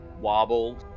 wobble